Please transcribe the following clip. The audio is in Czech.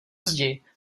zdi